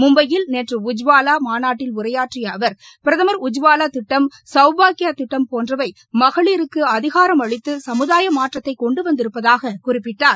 மும்பையில் நேற்று உஜ்வாவா மாநாட்டில் உரையாற்றிய அவர் பிரதமர் உஜ்வாவா திட்டம் சவ்பாக்யா திட்டம் போன்றவை மகளிருக்கு அதிகாரம் அளித்து சமூதாய மாற்றத்தை கொண்டு வந்திருப்பதாக குறிப்பிட்டார்